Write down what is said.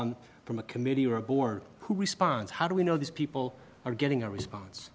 on from a committee or a board who responds how do we know these people are getting a response